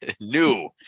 new